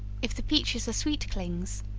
if the peaches are sweet clings,